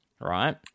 right